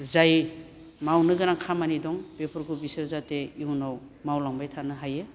जाय मावनोगोनां खामानि दं बेफोरखौ बिसोर जाहाथे इयुनाव मावलांबाय थानो हायो